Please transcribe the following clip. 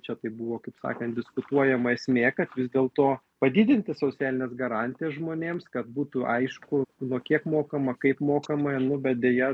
čia tai buvo kaip sakant diskutuojama esmė kad vis dėl to padidinti socialines garantijas žmonėms kad būtų aišku nuo kiek mokama kaip mokama nu bet deja